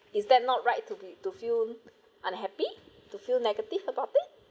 is that not right to be to feel unhappy to feel negative about it